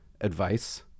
advice